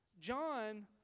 John